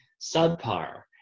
subpar